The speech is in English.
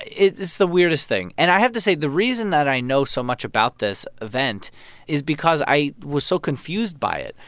it's the weirdest thing. and i have to say, the reason that i know so much about this event is because i was so confused by it.